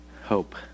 Hope